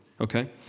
okay